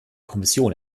kommission